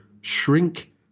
shrink